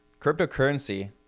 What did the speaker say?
cryptocurrency